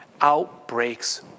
outbreaks